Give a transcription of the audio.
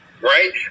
right